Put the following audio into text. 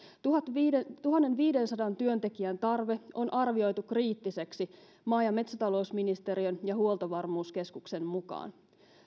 tuhannenviidensadan tuhannenviidensadan työntekijän tarve on arvioitu kriittiseksi maa ja metsätalousministeriön ja huoltovarmuuskeskuksen mukaan